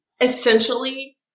essentially